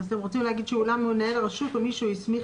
אז אתם רוצים להגיד שאולם מנהל הרשות או מי שהוא הסמיך